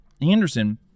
Anderson